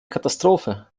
katastrophe